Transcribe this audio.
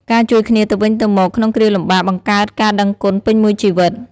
ការជួយគ្នាទៅវិញទៅមកក្នុងគ្រាលំបាកបង្កើតការដឹងគុណពេញមួយជីវិត។